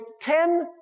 ten